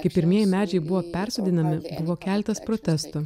kai pirmieji medžiai buvo persodinami buvo keletas protestų